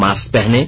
mask पहनें